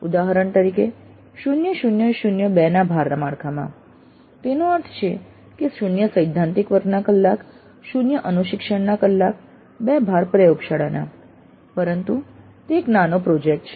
ઉદાહરણ તરીકે 00 2 ના ભાર માળખામાં તેનો અર્થ છે 0 સૈદ્ધાંતિક વર્ગના કલાક 0 અનુશિક્ષણના કલાક 2 ભાર પ્રયોગશાળાના પરંતુ તે એક નાનો પ્રોજેક્ટ છે